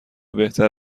بهتر